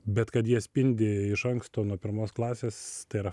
bet kad jie spindi iš anksto nuo pirmos klasės tai yra